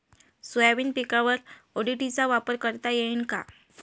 Soybean पिकावर ODT चा वापर करता येईन का?